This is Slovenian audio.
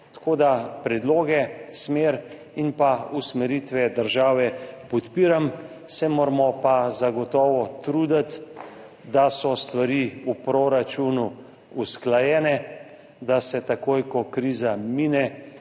krizo. Predloge, smer in usmeritve države podpiram, se moramo pa zagotovo truditi, da so stvari v proračunu usklajene, da se, takoj ko kriza mine,